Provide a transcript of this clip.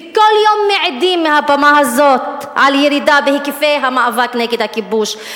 וכל יום מעידים על הבמה הזאת על ירידה בהיקפי המאבק נגד הכיבוש,